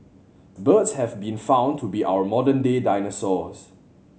birds have been found to be our modern day dinosaurs